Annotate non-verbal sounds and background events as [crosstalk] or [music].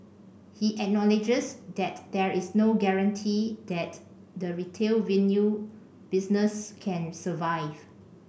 he acknowledges that there is no guarantee that the retail [unintelligible] business can survive